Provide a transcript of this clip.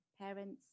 parents